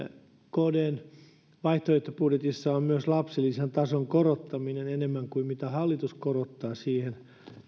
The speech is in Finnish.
kdn vaihtoehtobudjetissa on myös lapsilisän tason korottaminen enemmän kuin mitä hallitus korottaa siihen